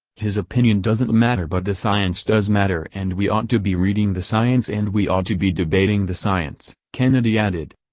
his opinion doesnt matter but the science does matter and we ought to be reading the science and we ought to be debating the science, kennedy added.